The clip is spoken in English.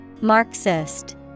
Marxist